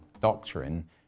doctrine